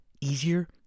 easier